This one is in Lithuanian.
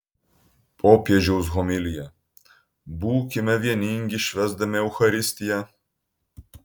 popiežiaus homilija būkime vieningi švęsdami eucharistiją